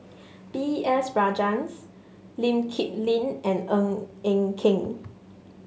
B S Rajhans Lee Kip Lin and Ng Eng Kee